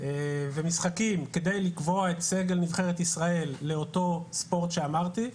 ומשחקים כדי לקבוע את סגל נבחרת ישראל לאותו ספורט שאמרתי,